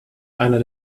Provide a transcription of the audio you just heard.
einer